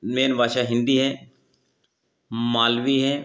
main भाषा हिन्दी है मालवी है